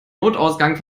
notausgang